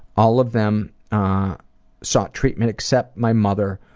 all of them ah saw treatment except my mother,